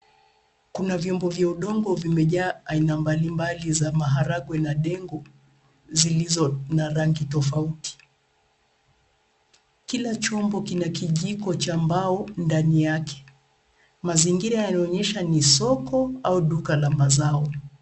Kuna vyombo vya udongo vimejaa aina mbalimbali za maharagwe na dengu, zilizo na rangi tofauti. Kila chombo kina kijiko cha mbao ndani yake. Mazingira yanaonyesha ni soko, au duka la mazao.